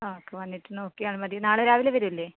ആ വന്നിട്ട് നോക്കിയാൽ മതി നാളെ രാവിലെ വരും അല്ലേ